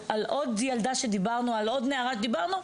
על עוד ילדה שדיברנו, על עוד נערה שדיברנו?